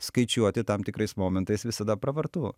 skaičiuoti tam tikrais momentais visada pravartu